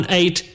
eight